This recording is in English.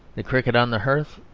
the cricket on the hearth.